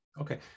Okay